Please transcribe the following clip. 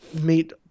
meet